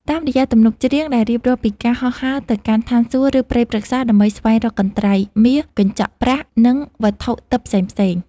តាមរយៈទំនុកច្រៀងដែលរៀបរាប់ពីការហោះហើរទៅកាន់ឋានសួគ៌ ឬព្រៃព្រឹក្សា ដើម្បីស្វែងរកកន្ត្រៃមាស កញ្ចក់ប្រាក់ និងវត្ថុទិព្វផ្សេងៗ